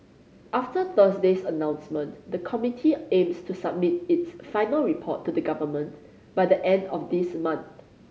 after Thursday's announcement the committee aims to submit its final report to the Government by the end of this month